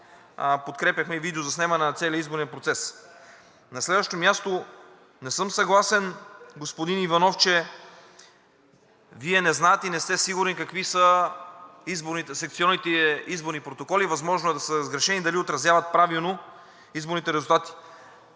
подкрепяхме и видеозаснемане на целия изборен процес. На следващо място, не съм съгласен, господин Иванов, че Вие не знаете и не сте сигурни какви са секционните изборни протоколи, възможно е да са сгрешени – дали отразяват правилно изборните резултати.